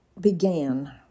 began